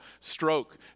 stroke